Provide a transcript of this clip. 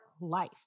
life